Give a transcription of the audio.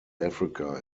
africa